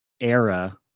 era